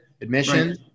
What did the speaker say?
admission